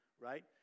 right